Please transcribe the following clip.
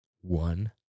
One